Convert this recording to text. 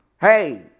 hey